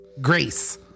Grace